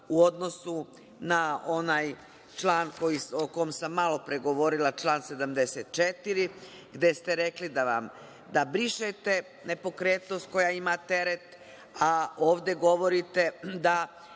u odnosu na onaj član o kom sam malopre govorila, član 74, gde ste rekli da brišete nepokretnost koja ima teret, a ovde govorite da